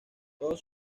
todos